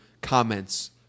comments